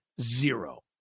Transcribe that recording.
zero